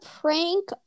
prank